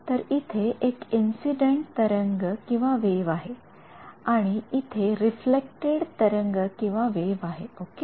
तर इथे एक इंसिडेंट तरंगवेव्ह आहे आणि इथे रिफ्लेक्टड तरंगवेव्ह आहेओके